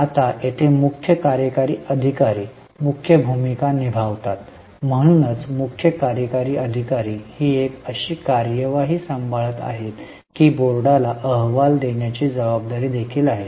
आता येथे मुख्य कार्यकारी अधिकारी मुख्य भूमिका निभावतात म्हणूनच मुख्य कार्यकारी अधिकारी ही एक अशी कार्यवाही सांभाळत आहेत की बोर्डाला अहवाल देण्याची जबाबदारी देखील आहे